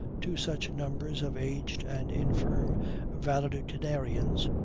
to such numbers of aged and infirm valetudinarians,